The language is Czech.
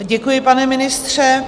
Děkuji, pane ministře.